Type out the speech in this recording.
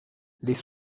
les